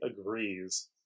agrees